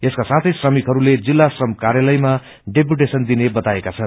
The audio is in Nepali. यसका साथै श्रमिकहस्ले जिल्ला श्रमि कार्यालयामा डेपुटेशनेदिने बताएका छन्